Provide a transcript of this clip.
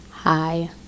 Hi